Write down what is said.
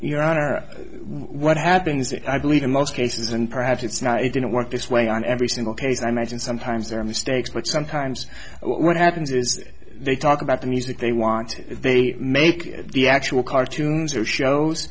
honor what happens if i believe in most cases and perhaps it's not it didn't work this way on every single case i mention sometimes there are mistakes but sometimes what happens is they talk about the music they want they make the actual cartoons or shows